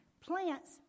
Plants